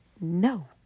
no